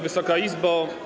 Wysoka Izbo!